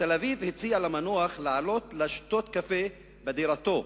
בתל-אביב הציע למנוח לעלות לשתות קפה בדירתו.